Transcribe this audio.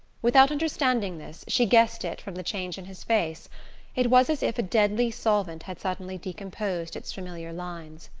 without understanding this, she guessed it from the change in his face it was as if a deadly solvent had suddenly decomposed its familiar lines.